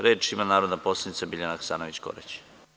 Reč ima narodna poslanica Biljana Hasanović Korać.